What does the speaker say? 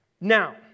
Now